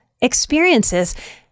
experiences